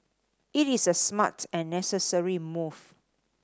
it is a smart and necessary move